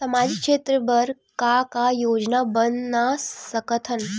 सामाजिक क्षेत्र बर का का योजना बना सकत हन?